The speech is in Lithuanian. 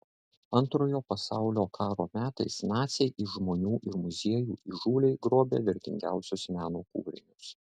antrojo pasaulio karo metais naciai iš žmonių ir muziejų įžūliai grobė vertingiausius meno kūrinius